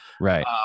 Right